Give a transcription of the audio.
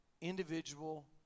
individual